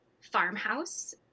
farmhouse